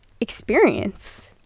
experience